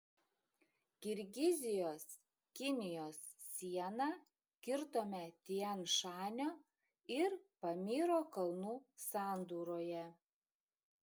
kirgizijos kinijos sieną kirtome tian šanio ir pamyro kalnų sandūroje